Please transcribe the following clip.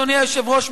אדוני היושב-ראש,